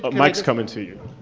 but mic's coming to you.